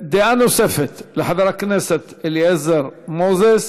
דעה נוספת, חבר הכנסת אליעזר מוזס